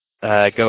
go